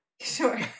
sure